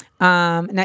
Now